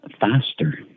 faster